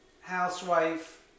housewife